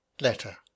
letter